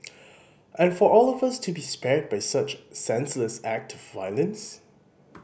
and for all of us to be spared by such senseless act of violence